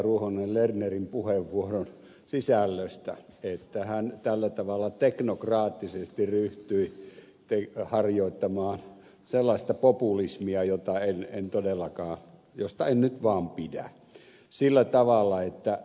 ruohonen lernerin puheenvuoron sisällöstä että hän tällä tavalla teknokraattisesti ryhtyi harjoittamaan sellaista populismia josta en nyt vaan pidä